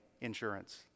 insurance